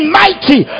mighty